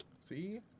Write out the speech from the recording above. See